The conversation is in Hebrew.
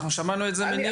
אנחנו שמענו את זה מניר.